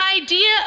idea